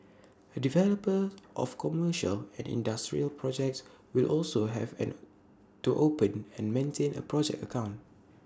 the developers of commercial and industrial projects will also have an no to open and maintain A project account